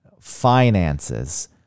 Finances